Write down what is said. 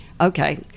okay